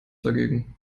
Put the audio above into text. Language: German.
dagegen